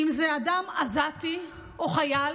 אם זה אדם עזתי או חייל,